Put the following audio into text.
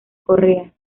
correa